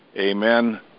Amen